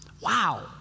Wow